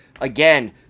again